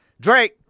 Drake